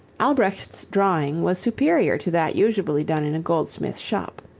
albrecht's drawing was superior to that usually done in a goldsmith's shop.